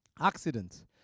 accidents